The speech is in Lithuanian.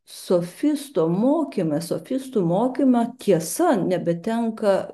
sofistų mokyme sofistų mokyme tiesa nebetenka